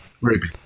Ruby